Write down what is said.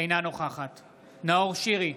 אינה נוכחת נאור שירי,